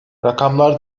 rakamlar